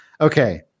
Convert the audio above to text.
Okay